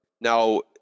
Now